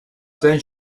saint